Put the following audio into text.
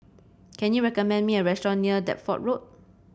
can you recommend me a restaurant near Deptford Road